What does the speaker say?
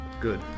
Good